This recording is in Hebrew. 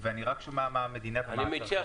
ואני רק שומע מה המדינה נותנת.